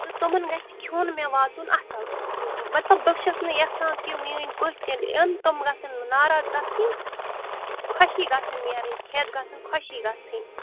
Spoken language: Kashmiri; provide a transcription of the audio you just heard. تہٕ تِمَن گَژھِ کھیٚون مےٚ واتُن اصٕل مطلب بہٕ چھَس نہٕ یژھان کہِ میٛٲنۍ پٔژھۍ ییٚلہِ یِن تِم گَژھَن نہٕ ناراض گَژھنٕۍ خۄشی گَژھَن نیرٕنۍ کٮھٮ۪تھ گَژھَن خۄشی گَژھٕنۍ